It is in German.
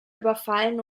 überfallen